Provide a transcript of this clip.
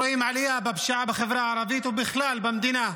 אנחנו רואים עלייה בפשיעה בחברה הערבית ובכלל במדינה,